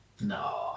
No